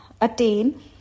attain